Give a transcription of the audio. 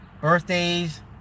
birthdays